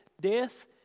death